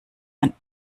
man